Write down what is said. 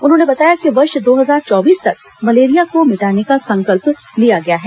उन्होंने बताया कि वर्ष दो हजार चौबीस तक मलेरिया को मिटाने का संकल्प लिया गया है